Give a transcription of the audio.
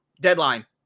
Deadline